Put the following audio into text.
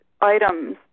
items